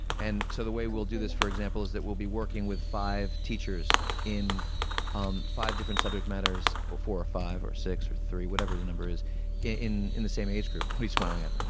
and so the way we'll do this, for example, is we'll be working with five teachers in um five different subject matters or four, or five, or six, or three, whatever the number is in in the same age group. what are you smiling at,